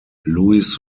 louis